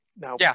Now